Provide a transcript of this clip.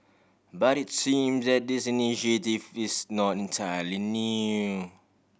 but it seem that this initiative is not entirely new